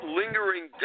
lingering